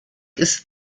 ist